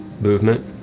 Movement